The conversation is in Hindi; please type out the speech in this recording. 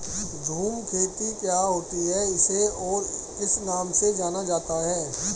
झूम खेती क्या होती है इसे और किस नाम से जाना जाता है?